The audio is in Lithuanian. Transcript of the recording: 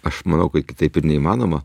aš manau kad kitaip ir neįmanoma